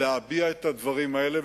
להביע את הדברים האלה,